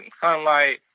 sunlight